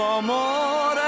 amore